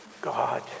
God